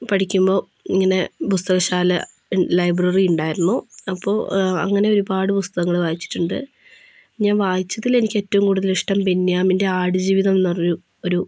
പഠിക്കുമ്പോൽ ഇങ്ങനെ പുസ്തകശാല ലൈബ്രറി ഉണ്ടായിരുന്നു അപ്പോൾ അങ്ങനെ ഒരുപാട് പുസ്തകങ്ങൾ വായിച്ചിട്ടുണ്ട് ഞാൻ വായിച്ചതിൽ എനിക്ക് ഏറ്റവും കൂടുതൽ ഇഷ്ടം ബെന്യാമിൻ്റെ ആടുജീവിതം എന്നു പറഞ്ഞൊരു ഒരു